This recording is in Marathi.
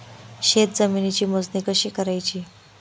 शेत जमिनीची मोजणी कशी करायची?